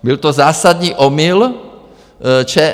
Byl to zásadní omyl ČNB.